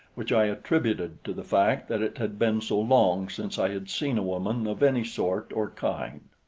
which i attributed to the fact that it had been so long since i had seen a woman of any sort or kind.